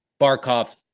Barkov's